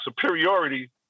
superiority